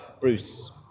Bruce